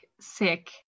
sick